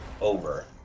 over